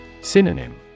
Synonym